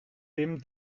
dem